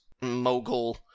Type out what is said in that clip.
mogul